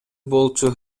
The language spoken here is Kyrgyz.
болчу